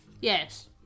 Yes